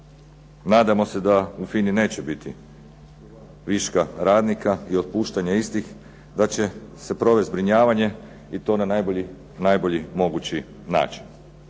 Nadamo se da u FINA-i neće biti viška radnika i otpuštanja istih, da će se provesti zbrinjavanje i to na najbolji mogući način.